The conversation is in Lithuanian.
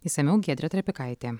išsamiau giedrė trapikaitė